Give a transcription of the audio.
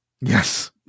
Yes